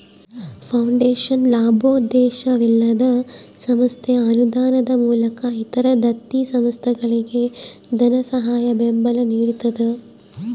foundation ಲಾಭೋದ್ದೇಶವಿಲ್ಲದ ಸಂಸ್ಥೆ ಅನುದಾನದ ಮೂಲಕ ಇತರ ದತ್ತಿ ಸಂಸ್ಥೆಗಳಿಗೆ ಧನಸಹಾಯ ಬೆಂಬಲ ನಿಡ್ತದ